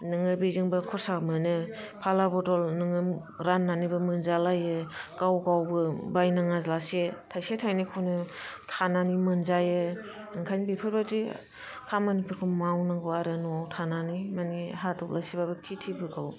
नोङो बेजोंबो खरसा मोनो फाला बदल नोङो राननानैबो मोनजा लायो गाव गावबो बायनाङा लासे थायसे थायनैखौनो खानानै मोनजायो ओंखायनो बेफोरबादि खामानिफोरखौ मावनांगौ आरो न'आव थानानै मानि हा दब्लायसे बाबो खिथिफोरखौ